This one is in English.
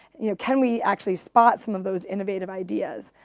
you know can we actually spot some of those innovative ideas?